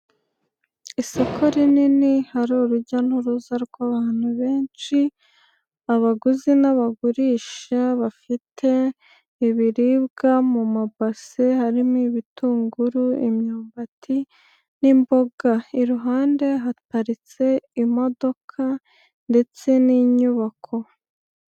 Isoko rinini hari urujya n'uruza rw'abantu benshi. Abaguzi n'abagurisha bafite ibiribwa mu mabase, harimo: ibitunguru, imyumbati n'imboga. Iruhande haparitse imodoka ndetse n'inyubako.